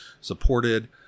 supported